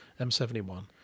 M71